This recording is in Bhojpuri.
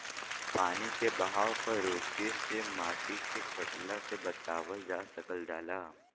पानी के बहाव क रोके से माटी के कटला से बचावल जा सकल जाला